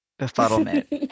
befuddlement